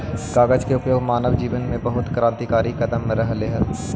कागज के उपयोग मानव जीवन में बहुत क्रान्तिकारी कदम रहले हई